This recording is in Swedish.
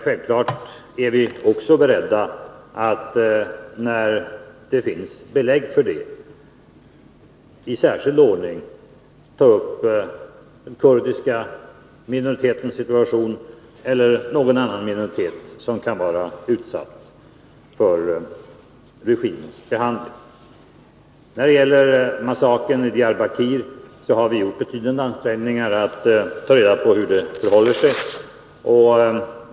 Självfallet är vi också beredda att, när det finns belägg för det, i särskild ordning ta upp den kurdiska minoritetens situation eller situationen för någon annan minoritet som kan vara utsatt för regimens behandling. När det gäller massakern i Diyarbakir har vi gjort betydande ansträngningar att ta reda på hur det förhåller sig.